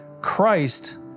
Christ